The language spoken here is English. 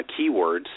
keywords